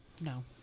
No